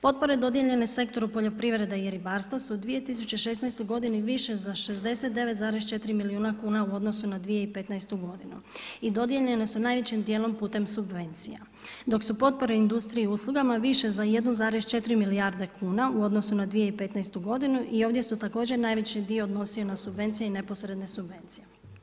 Potpore dodijeljene sektoru poljoprivrede i ribarstva su u 2016. godini više za 69,4 milijuna kuna u odnosu na 2015. godinu i dodijeljene su najvećim djelom putem subvencija dok su potpore industrije i uslugama više za 1,4 milijarde kuna u odnosu na 2015. godinu i ovdje se također najveći dio odnosi na subvencije i neposredne subvencije.